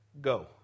go